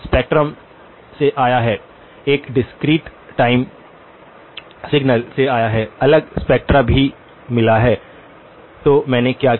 spectrum से आया है यह डिस्क्रीट टाइम सिग्नल से आया है अलग स्पेक्ट्रा भी मिला है तो मैंने क्या किया